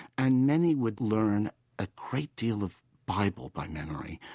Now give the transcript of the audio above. and many would learn a great deal of bible by memory.